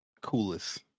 coolest